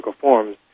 forms